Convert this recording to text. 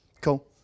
Cool